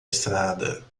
estrada